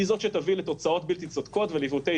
היא שתביא לתוצאות בלתי צודקות ולעיוותי